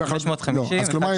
כלומר,